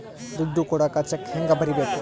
ದುಡ್ಡು ಕೊಡಾಕ ಚೆಕ್ ಹೆಂಗ ಬರೇಬೇಕು?